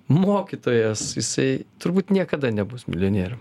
mokytojas jisai turbūt niekada nebus milijonierium